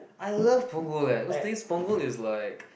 I love Punggol leh cause this Punggol is like